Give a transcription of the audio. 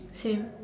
same